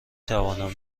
توانم